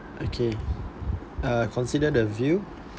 okay uh consider the view